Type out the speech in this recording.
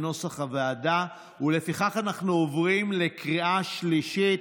לפיכך, אנחנו עוברים לקריאה השלישית.